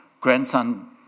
grandson